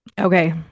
Okay